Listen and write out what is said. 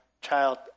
child